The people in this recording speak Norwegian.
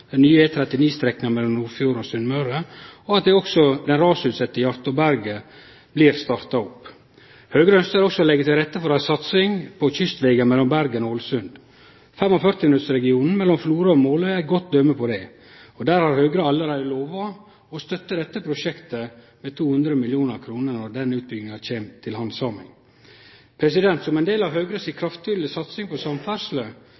den nye E39-strekninga mellom Nordfjord og Sunnmøre, og at også prosjektet rundt dei rasutsette Hjartåberga blir starta opp. Høgre ønskjer også å leggje til rette for ei satsing på kystvegen mellom Bergen og Ålesund. 45-minuttregionen mellom Florø og Måløy er eit godt døme på det, og der har Høgre allereie lova å støtte dette prosjektet med 200 mill. kr når denne utbygginga kjem til handsaming. Som ein del av Høgres kraftfulle satsing på samferdsle